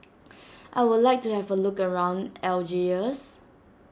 I would like to have a look around Algiers